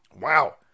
Wow